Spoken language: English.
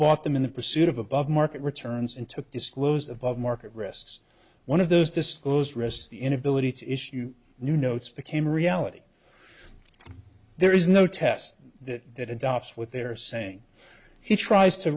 bought them in the pursuit of above market returns and to disclose above market rests one of those disclosed rests the inability to issue new notes became reality there is no test that that adopts what they're saying he tries to